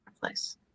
place